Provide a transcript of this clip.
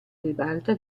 ribalta